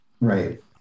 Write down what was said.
Right